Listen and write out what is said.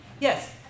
Yes